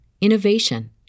innovation